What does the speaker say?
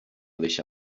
deixa